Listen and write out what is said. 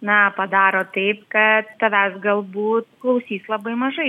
na padaro taip kad tavęs galbūt klausys labai mažai